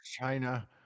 China